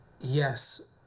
Yes